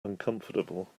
uncomfortable